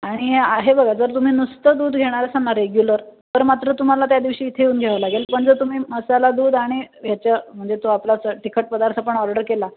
आणि आ हे बघा जर तुम्ही नुसतं दूध घेणार असाल ना रेग्ग्युलर तर मात्र तुम्हाला त्या दिवशी इथे येऊन घ्यावं लागेल पण जर तुम्ही मसाला दूध आणि ह्याच्या म्हणजे तो आपला तो तिखट पदार्थ पण ऑर्डर केला